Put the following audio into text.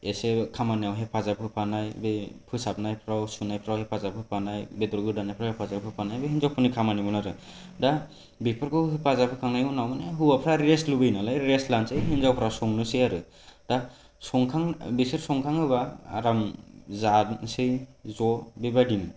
एसे खामानिफोराव हेफाजाब होफानाय बे फोसाबनायफोराव सुनायफोराव हेफाजाब होफानाय बेदर गोदानायफोराव हेफाजाब होफानाय बे हिनजावफोरनि खामानिमोन आरो दा बेफोरखौ हेफाजाब होखांनायनि उनाव दा हौवाफ्रा रेस्ट लुबैयोनालाय रेस्ट लानोसै हिनजावफोरा संनोसै आरो दा बिसोर संखाङोबा आराम जानोसै ज' बेबादिनोमोन